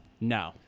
No